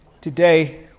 Today